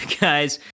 guys